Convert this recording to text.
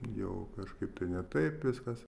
jau kažkaip tai ne taip viskas